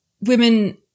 women